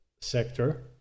sector